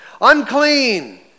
unclean